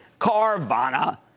Carvana